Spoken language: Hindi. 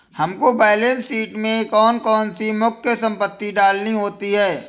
हमको बैलेंस शीट में कौन कौन सी मुख्य संपत्ति डालनी होती है?